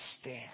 stand